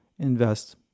invest